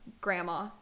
grandma